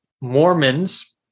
Mormons